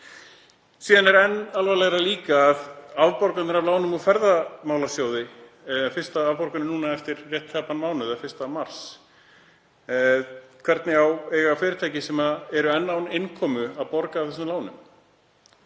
Síðan er enn alvarlegra varðandi afborganir af lánum úr Ferðaábyrgðasjóði, fyrsta afborgunin er núna eftir rétt tæpan mánuð, 1. mars. Hvernig eiga fyrirtæki sem eru enn án innkomu að borga af þessum lánum?